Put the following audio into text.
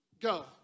Go